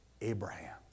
abraham